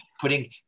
putting